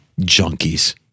junkies